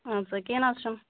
آد سا کیٚنٛہہ نہٕ حظ چھُنہٕ